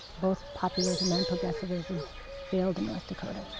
both populism and progressivism failed in north dakota.